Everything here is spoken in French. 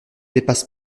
dépasse